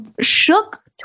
shook